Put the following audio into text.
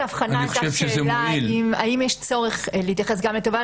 אני חושבת שהשאלה היא האם יש צורך להתייחס גם לתובע,